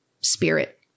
spirit